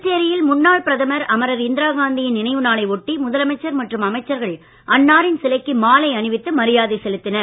புதுச்சேரியில் முன்னாள் பிரதமர் அமரர் இந்திராகாந்தியின் நினைவு நாளை ஒட்டி முதலமைச்சர் மற்றும் அமைச்சர்கள் அன்னாரின் சிலைக்கு மாலை அணிவித்து மரியாதை செலுத்தினர்